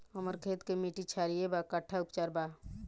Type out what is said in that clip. हमर खेत के मिट्टी क्षारीय बा कट्ठा उपचार बा?